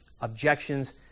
objections